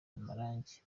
amarangi